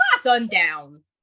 Sundown